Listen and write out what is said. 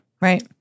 Right